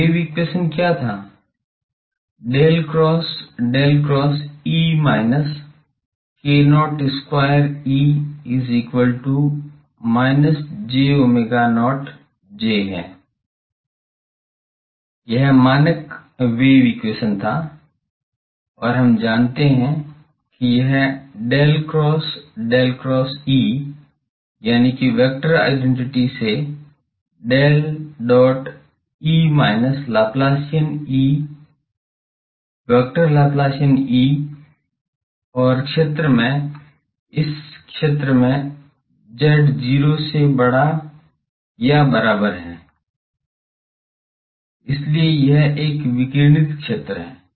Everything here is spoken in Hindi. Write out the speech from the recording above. तो वेव एक्वेशन क्या था del cross del cross E minus k0 square E is equal to minus j omega not J है यह मानक वेव एक्वेशन था और हम जानते हैं कि यह del cross del cross E यानि की वेक्टर आइडेंटिटी से del dot E minus Laplacian E vector Laplacian E और क्षेत्र में इस क्षेत्र में z 0 के बराबर या बड़ा है इसलिए यह एक विकिरणित क्षेत्र है